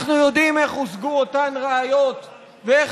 אנחנו יודעים איך הושגו אותן ראיות ואיך